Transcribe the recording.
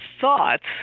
thoughts